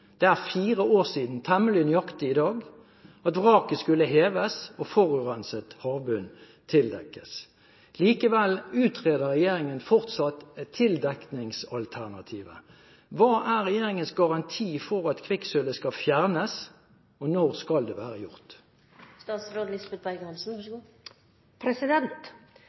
det er fire år siden, temmelig nøyaktig, i dag – at vraket skulle heves og forurenset havbunn tildekkes. Likevel utreder regjeringen fortsatt et tildekningsalternativ. Hva er regjeringens garanti for at kvikksølvet skal fjernes, og når skal det være gjort?